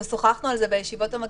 שוחחנו על זה בישיבות המקדימות,